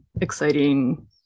exciting